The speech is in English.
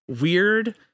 weird